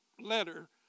letter